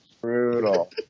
Brutal